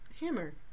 Hammer